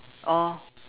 or